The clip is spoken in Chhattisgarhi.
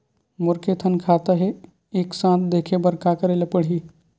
मोर के थन खाता हे एक साथ देखे बार का करेला पढ़ही?